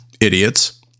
idiots